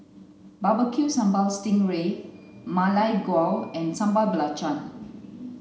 barbecue sambal sting ray ma lai gao and sambal belacan